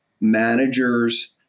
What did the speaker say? managers